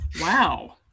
Wow